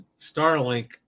Starlink